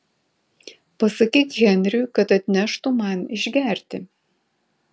pasakyk henriui kad atneštų man išgerti